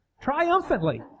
triumphantly